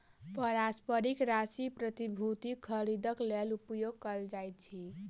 पारस्परिक राशि प्रतिभूतिक खरीदक लेल उपयोग कयल जाइत अछि